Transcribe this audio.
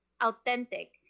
authentic